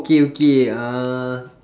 K okay uh